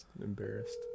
Embarrassed